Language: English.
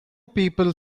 people